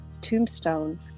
tombstone